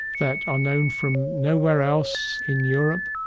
that are known from nowhere else in europe.